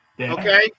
Okay